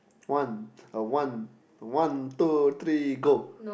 one uh one one two three go